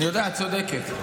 אני יודע, את צודקת.